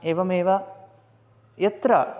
एवमेव यत्र